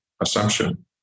assumption